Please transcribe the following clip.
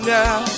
now